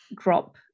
drop